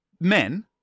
Men